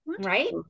Right